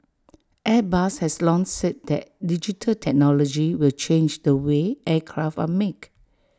airbus has long said that digital technology will change the way aircraft are make